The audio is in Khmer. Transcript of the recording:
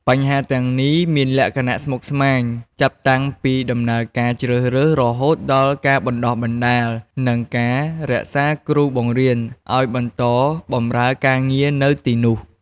បញ្ហាទាំងនេះមានលក្ខណៈស្មុគស្មាញ ចាប់តាំងពីដំណើរការជ្រើសរើស រហូតដល់ការបណ្ដុះបណ្ដាល និងការរក្សាគ្រូបង្រៀនឲ្យបន្តបម្រើការងារនៅទីនោះ។